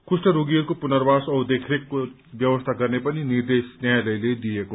कुष्ठ रोगीहरूको पुनर्वास औ देखरेखको व्यवस्था गर्ने पनि निर्देश न्यायालयले दियो